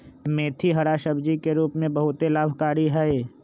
मेथी हरा सब्जी के रूप में बहुत लाभकारी हई